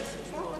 לוועדת הכלכלה.